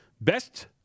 Best